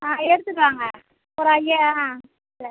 ஆ எடுத்துட்டு வாங்க ஒரு அய்ய